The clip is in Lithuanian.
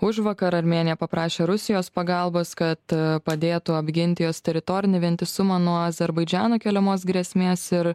užvakar armėnija paprašė rusijos pagalbos kad padėtų apginti jos teritorinį vientisumą nuo azerbaidžano keliamos grėsmės ir